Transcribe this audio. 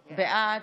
בעד,